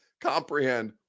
comprehend